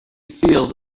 feels